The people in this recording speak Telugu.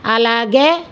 అలాగే